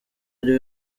ari